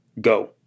Go